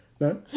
No